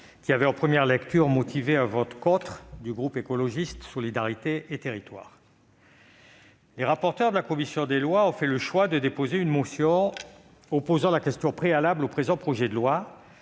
qui avait, en première lecture, motivé un vote contre du groupe Écologiste - Solidarité et Territoires. Les rapporteures de la commission des lois ont fait le choix de déposer une motion tendant à opposer la question préalable au présent projet de loi,